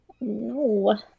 No